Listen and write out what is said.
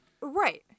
Right